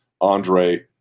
Andre